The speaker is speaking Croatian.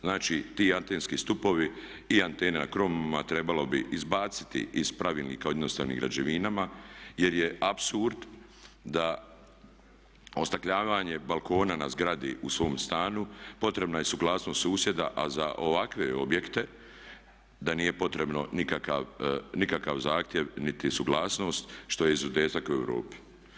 Znači ti antenski stupovi i antene na krovovima trebalo bi izbaciti iz Pravilnika o jednostavnim građevinama jer je apsurd da ostakljivanje balkona na zgradi u svom stanu potrebna je suglasnost susjeda a za ovakve objekte da nije potrebno nikakav zahtjev niti suglasnost što je izuzetak u Europi.